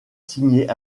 signé